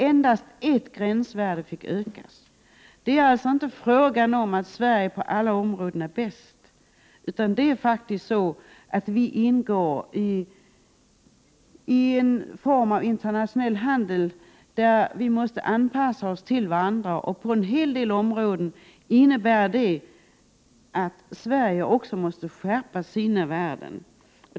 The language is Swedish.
Endast ett gränsvärde fick ökas. Sverige är alltså inte på alla områden bäst, utan det är faktiskt så att vi ingår i en internationell handel, där vi måste anpassa oss till varandra. På en hel del områden innebär det att Sverige måste skärpa sina gränsvärden.